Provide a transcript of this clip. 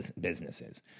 businesses